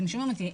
אתם שומעים אותי,